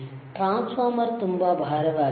transformer ತುಂಬಾ ಭಾರವಾಗಿದೆ